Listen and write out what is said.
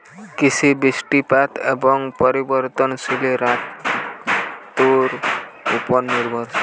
কৃষি বৃষ্টিপাত এবং পরিবর্তনশীল ঋতুর উপর নির্ভরশীল